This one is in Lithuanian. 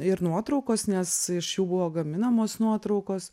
ir nuotraukos nes iš jų buvo gaminamos nuotraukos